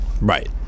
Right